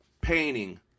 painting